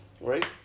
Right